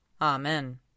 Amen